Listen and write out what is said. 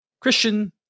Christian